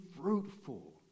fruitful